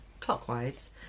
clockwise